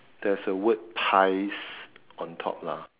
there's a word pies on top lah